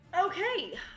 Okay